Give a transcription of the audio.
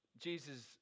Jesus